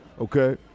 okay